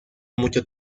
mucho